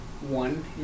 one